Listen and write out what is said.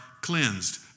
cleansed